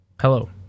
Hello